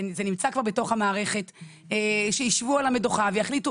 זה נמצא פה בתוך המערכת אז שישבו על המדוכה ויחליטו